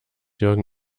jürgen